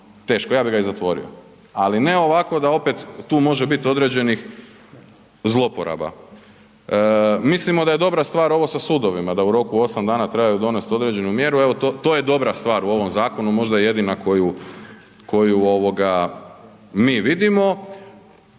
teško, ja bi ga i zatvorio, ali ne ovako da opet tu može bit određenih zlouporaba. Mislimo da je dobra stvar ovo sa sudovima da u roku 8 dana trebaju donest određenu mjeru, evo to, to je dobra stvar u ovom zakonu, možda jedina koju, koju